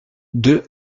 deux